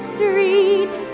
Street